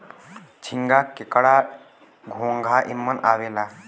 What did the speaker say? झींगा, केकड़ा, घोंगा एमन आवेला